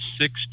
six